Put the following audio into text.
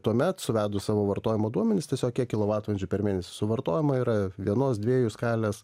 tuomet suvedus savo vartojimo duomenis tiesiog kiek kilovatvalandžių per mėnesį suvartojama yra vienos dviejų skalės